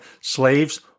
slaves